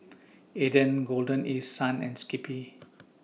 Aden Golden East Sun and Skippy